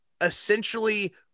essentially